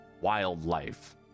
wildlife